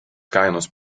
kainos